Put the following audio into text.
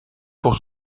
pour